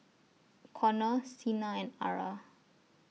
Conner Sena and Ara